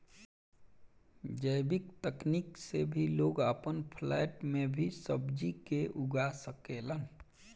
जैविक तकनीक से लोग आपन फ्लैट में भी सब्जी के उगा सकेलन